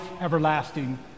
everlasting